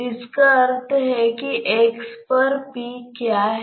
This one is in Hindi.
आपका उद्देश्य क्या है